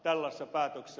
arvoisa puhemies